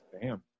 Bam